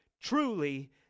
truly